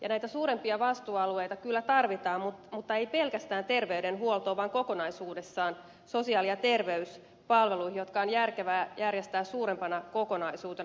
näitä suurempia vastuualueita kyllä tarvitaan mutta ei pelkästään terveydenhuoltoon vaan kokonaisuudessaan sosiaali ja terveyspalveluihin jotka on järkevää järjestää suurempana kokonaisuutena